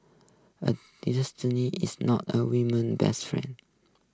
a is not a woman's best friend